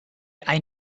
hay